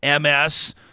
MS